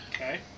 Okay